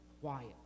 quiet